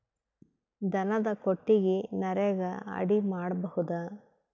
ದನದ ಕೊಟ್ಟಿಗಿ ನರೆಗಾ ಅಡಿ ಮಾಡಬಹುದಾ?